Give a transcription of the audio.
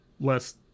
less